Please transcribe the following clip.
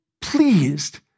pleased